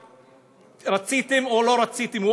רציתם או לא רציתם,